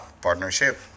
partnership